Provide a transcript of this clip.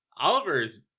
Oliver's